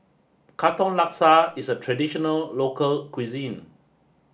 Katong Laksa is a traditional local cuisine